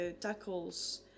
tackles